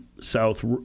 south